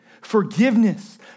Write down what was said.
forgiveness